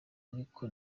ariko